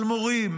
על מורים,